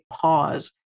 pause